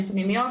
עם פנימיות,